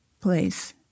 place